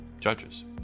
judges